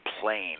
plane